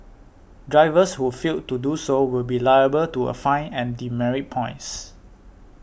drivers who fail to do so will be liable to a fine and demerit points